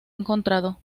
encontrado